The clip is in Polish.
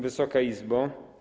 Wysoka Izbo!